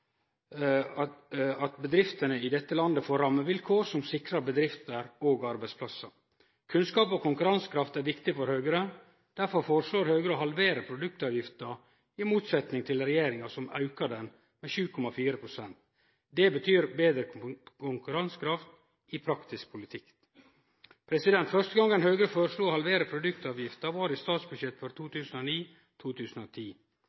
av at bedriftene i dette landet får rammevilkår som sikrar bedrifter og arbeidsplassar. Kunnskap og konkurransekraft er viktig for Høgre. Derfor foreslår Høgre å halvere produktavgifta – i motsetning til regjeringa, som aukar den med 7,4 pst. Det betyr betre konkurransekraft i praktisk politikk. Den første gongen Høgre foreslo å halvere produktavgifta, var i statsbudsjettet for